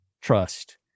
trust